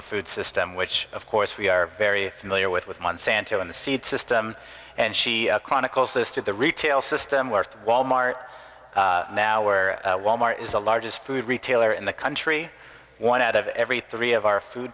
the food system which of course we are very familiar with with monsanto in the seed system and she chronicles this to the retail system worth wal mart now where wal mart is the largest food retailer in the country one out of every three of our food